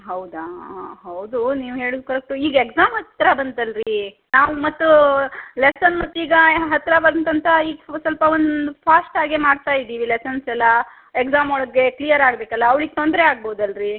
ಹೌದಾ ಹೌದು ನೀವು ಹೇಳುದು ಕರೆಕ್ಟು ಈಗ ಎಕ್ಸಾಮ್ ಹತ್ತಿರ ಬಂತಲ್ಲರಿ ನಾವು ಮತ್ತು ಲೆಸನ್ ಮತ್ತು ಈಗ ಹತ್ತಿರ ಬಂತಂತ ಈಗ ಸ್ವಲ್ಪ ಒಂದು ಫಾಸ್ಟಾಗೆ ಮಾಡ್ತಾ ಇದ್ದೀವಿ ಲೇಸನ್ಸ್ ಎಲ್ಲಾ ಎಕ್ಸಾಮ್ ಒಳಗೆ ಕ್ಲಿಯರಾಗಬೇಕಲ್ಲ ಅವ್ಳಿಗೆ ತೊಂದರೆ ಆಗ್ಬೌದಲ್ಲರಿ